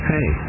Hey